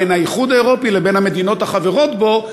בין האיחוד האירופי לבין המדינות החברות בו,